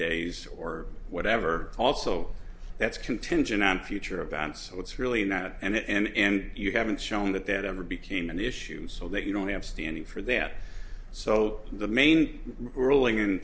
days or whatever also that's contingent on future events so it's really not and you haven't shown that that ever became an issue so that you don't have standing for that so the main ruling in